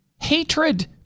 hatred